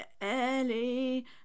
Ellie